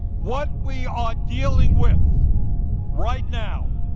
what we are dealing with right now